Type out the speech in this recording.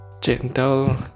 gentle